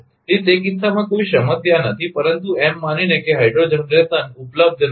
તેથી તે કિસ્સામાં કોઈ સમસ્યા નથી પરંતુ એમ માનીને કે હાઈડ્રો જનરેશન ઉપલબ્ધ નથી